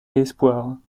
espoirs